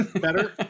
better